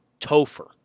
Topher